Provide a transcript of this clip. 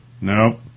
nope